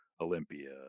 Olympia